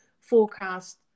forecast